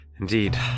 indeed